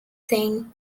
saying